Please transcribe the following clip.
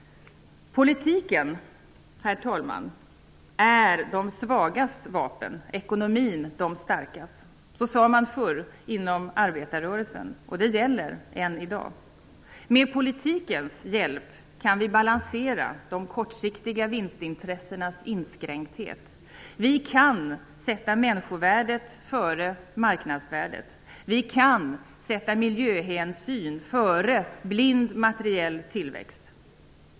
Herr talman! Politiken är de svagas vapen, ekonomin de starkas. Så sade man förr inom arbetarrörelsen. Det gäller än i dag. Med politikens hjälp kan vi balansera de kortsiktiga vinstintressenas inskränkthet. Vi kan sätta männikosvärdet före marknadsvärdet. Vi kan sätta miljöhänsyn före blind materiell tillväxt.